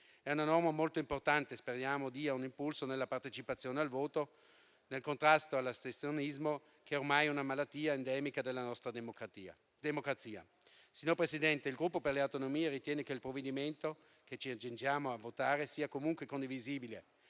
È una norma molto importante, speriamo dia un impulso nella partecipazione al voto, nel contrasto all'astensionismo, che ormai è una malattia endemica della nostra democrazia. Signor Presidente, il Gruppo per le Autonomie ritiene che il provvedimento che ci accingiamo a votare sia comunque condivisibile,